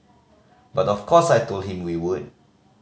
but of course I told him we would